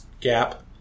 gap